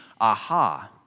aha